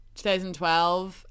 2012